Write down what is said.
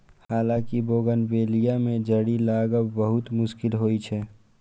हालांकि बोगनवेलिया मे जड़ि लागब बहुत मुश्किल होइ छै